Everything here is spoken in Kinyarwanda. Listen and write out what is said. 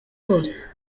yose